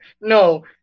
no